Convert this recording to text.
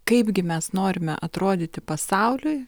kaipgi mes norime atrodyti pasauliui